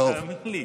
תאמין לי.